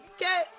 Okay